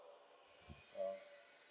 ya